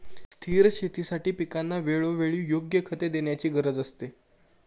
स्थिर शेतीसाठी पिकांना वेळोवेळी योग्य खते देण्याची गरज असते